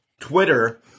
Twitter